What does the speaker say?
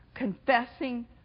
confessing